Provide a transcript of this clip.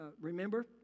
remember